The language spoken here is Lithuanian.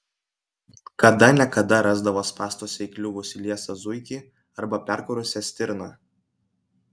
kada ne kada rasdavo spąstuose įkliuvusį liesą zuikį arba perkarusią stirną